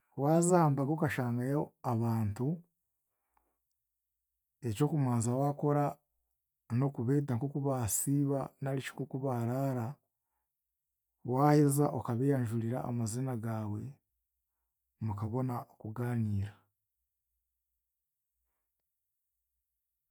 Waaza aha mbaga okashangayo abantu, ekyokumanza waakora, n'okubeeta nk'oku baasiiba nari shi nk'oku baaraara, waaheza okabeeyanjurira amaziina gaawe, mukabona kugaaniira.